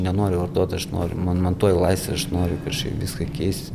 nenoriu vartot aš noriu man man tuoj laisvė aš noriu kažkaip viską keist